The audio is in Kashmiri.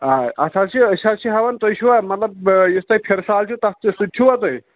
آ اَتھ حظ چھِ أسۍ حظ چھِ ہٮ۪وان تُہۍ چھُوا مطلب یُس تۄہہِ فِرسال چھُو تَتھ سُہ تہِ چھُوا تُہۍ